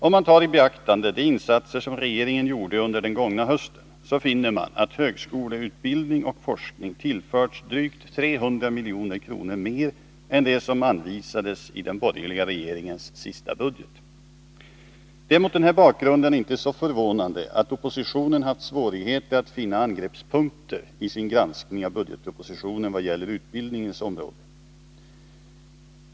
Om man tar i beaktande de insatser som regeringen gjorde under den gångna hösten, så finner man att högskoleutbildning och forskning tillförts drygt 300 milj.kr. mer än det som anvisades i den borgerliga regeringens sista budget. Det är mot den här bakgrunden inte så förvånande att oppositionen haft svårigheter att finna angreppspunkter i sin granskning av budgetpropositionen i vad gäller utbildningens område.